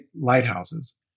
lighthouses